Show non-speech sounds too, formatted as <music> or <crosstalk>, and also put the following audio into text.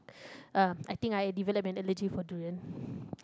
<breath> uh I think I develop an allergy for durian <breath>